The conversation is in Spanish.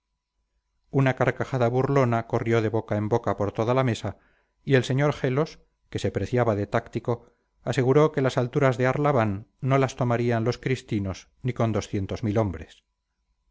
una carcajada burlona corrió de boca en boca por toda la mesa y el sr gelos que se preciaba de táctico aseguró que las alturas de arlabán no las tomarían los cristinos ni con doscientos mil hombres